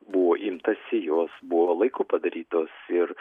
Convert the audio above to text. buvo imtasi jos buvo laiku padarytos ir